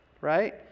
Right